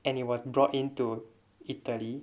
and it was brought into italy